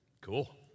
cool